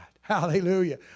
Hallelujah